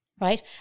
right